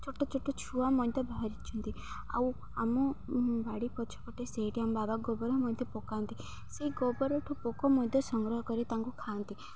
ଛୋଟ ଛୋଟ ଛୁଆ ମଧ୍ୟ ବାହାରିଛନ୍ତି ଆଉ ଆମ ବାଡ଼ି ପଛ ପଟେ ସେଇଠି ଆମ ବାବା ଗୋବର ମଧ୍ୟ ପକାନ୍ତି ସେଇ ଗୋବର ଠୁ ପୋକ ମଧ୍ୟ ସଂଗ୍ରହ କରି ତାଙ୍କୁ ଖାଆନ୍ତି